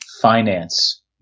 finance